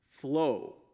flow